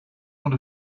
want